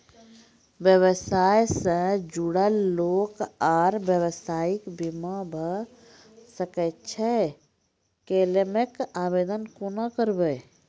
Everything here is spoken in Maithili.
व्यवसाय सॅ जुड़ल लोक आर व्यवसायक बीमा भऽ सकैत छै? क्लेमक आवेदन कुना करवै?